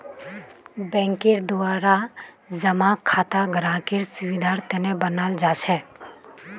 बैंकेर द्वारा जमा खाता ग्राहकेर सुविधार तने बनाल जाछेक